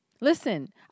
listen